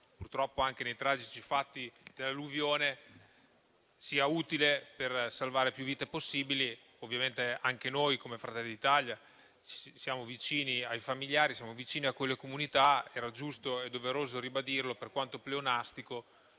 purtroppo - anche nei tragici fatti dell'alluvione, siano utili per salvare più vite possibili. Anche noi di Fratelli d'Italia siamo vicini ai familiari delle persone coinvolte e a quelle comunità. Era giusto e doveroso ribadirlo, per quanto pleonastico